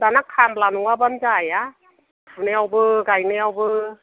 दाना खामला नङाबानो जाया फुनायावबो गायनायावबो